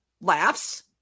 laughs